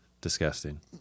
disgusting